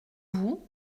vous